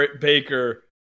baker